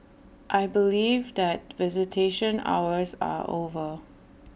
I believe that visitation hours are over